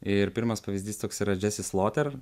ir pirmas pavyzdys toks yra džesis loter